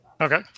Okay